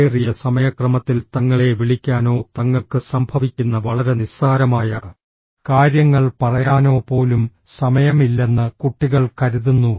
തിരക്കേറിയ സമയക്രമത്തിൽ തങ്ങളെ വിളിക്കാനോ തങ്ങൾക്ക് സംഭവിക്കുന്ന വളരെ നിസ്സാരമായ കാര്യങ്ങൾ പറയാനോ പോലും സമയം ഇല്ലെന്ന് കുട്ടികൾ കരുതുന്നു